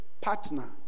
partner